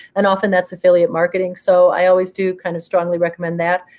and often, that's affiliate marketing. so i always do kind of strongly recommend that.